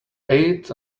ate